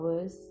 hours